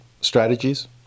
strategies